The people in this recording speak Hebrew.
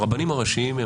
הרבנים הראשיים,